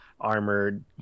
armored